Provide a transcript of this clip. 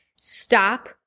Stop